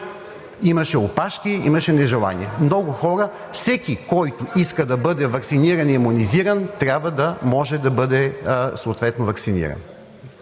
Имаше опашки, имаше нежелание – много хора. Всеки, който иска да бъде ваксиниран и имунизиран, трябва да може да бъде съответно